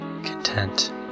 content